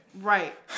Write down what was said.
Right